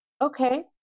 okay